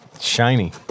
Shiny